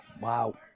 Wow